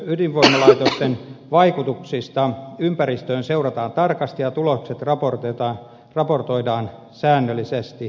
kotimaisten ydinvoimalaitosten vaikutusta ympäristöön seurataan tarkasti ja tulokset raportoidaan säännöllisesti